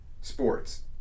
sports